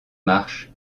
marche